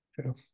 True